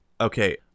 Okay